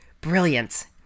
Brilliant